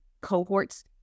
cohorts